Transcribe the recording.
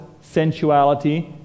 sensuality